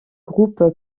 groupe